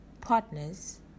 partners